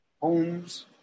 homes